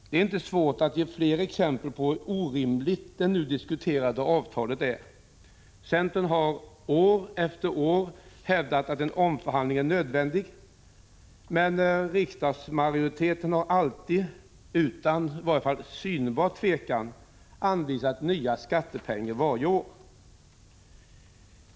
Det är inte svårt att ge fler exempel på hur orimligt det nu diskuterade avtalet är. Centern har år efter år hävdat att en omförhandling är nödvändig, men riksdagsmajoriteten har alltid, utan i varje fall synbar tvekan, anvisat nya skattepengar varje år.